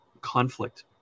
conflict